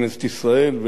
בכנסת ישראל,